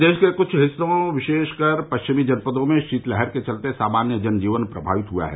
प्रदेश के कुछ हिस्सों विशेषकर पश्चिमी जनपदों में शीतलहर के चलते सामान्य जनजीवन प्रभावित हुआ है